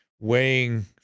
weighing